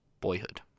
boyhood